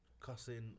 cussing